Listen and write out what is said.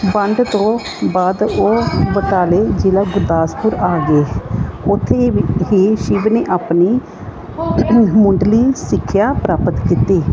ਵੰਡ ਤੋਂ ਬਾਅਦ ਉਹ ਬਟਾਲੇ ਜ਼ਿਲ੍ਹਾ ਗੁਰਦਾਸਪੁਰ ਆ ਗਏ ਉੱਥੇ ਵੀ ਹੀ ਸ਼ਿਵ ਨੇ ਆਪਣੀ ਮੁੱਢਲੀ ਸਿੱਖਿਆ ਪ੍ਰਾਪਤ ਕੀਤੀ